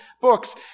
books